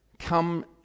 come